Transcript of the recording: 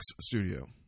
studio